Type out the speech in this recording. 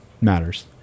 matters